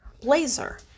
blazer